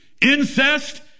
incest